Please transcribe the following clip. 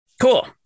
Cool